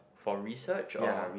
for research or